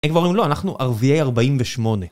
אה, הם... כבר הם לא, אנחנו ערביי 48